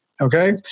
Okay